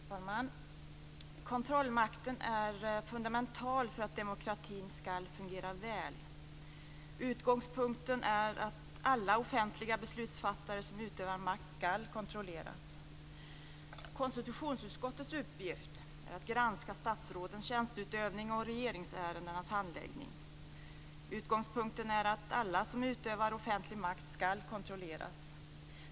Fru talman! Kontrollmakten är fundamental för att demokratin ska fungera väl. Utgångspunkten är att alla offentliga beslutsfattare som utövar makt ska kontrolleras. Konstitutionsutskottets uppgift är att granska statsrådens tjänsteutövning och regeringsärendenas handläggning. Utgångspunkten är att alla som utövar offentlig makt ska kontrolleras.